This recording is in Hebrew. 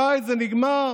די, זה נגמר.